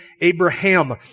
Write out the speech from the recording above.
Abraham